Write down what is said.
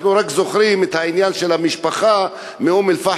אנחנו רק זוכרים את העניין של המשפחה מאום-אלפחם,